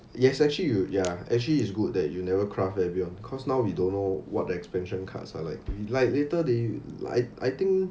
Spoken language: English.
yes actually you ya actually is good that you never craft vabion cause now we don't know what expansion cards are like like later they I I think